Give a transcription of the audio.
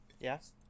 Yes